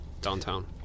downtown